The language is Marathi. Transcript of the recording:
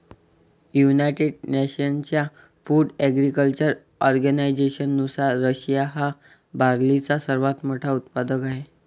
युनायटेड नेशन्सच्या फूड ॲग्रीकल्चर ऑर्गनायझेशननुसार, रशिया हा बार्लीचा सर्वात मोठा उत्पादक आहे